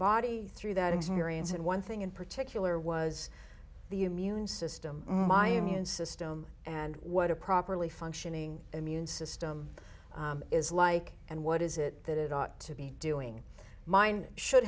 body through that experience and one thing in particular was the immune system my immune system and what a properly functioning immune system is like and what is it that it ought to be doing mine should